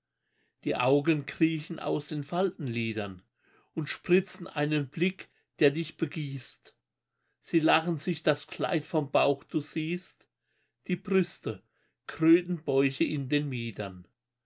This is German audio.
die augen kriechen aus den faltenlidern und spritzen einen blick der dich begießt sie lachen sich das kleid vom bauch du siehst die brüste krötenbäuche in den miedern